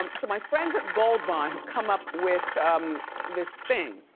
um so my friends at gold bond have come up with this thing.